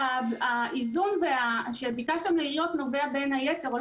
האיזון שביקשתם לעיריות נובע בעיקר בגלל